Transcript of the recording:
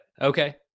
Okay